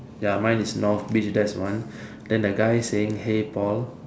ya mine is North beach that is one then the guy is saying hey Paul